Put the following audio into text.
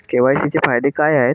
KYC चे फायदे काय आहेत?